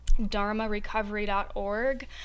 dharmarecovery.org